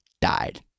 died